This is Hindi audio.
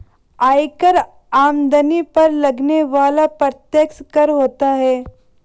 आयकर आमदनी पर लगने वाला प्रत्यक्ष कर होता है